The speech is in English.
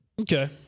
Okay